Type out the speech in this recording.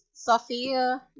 Sophia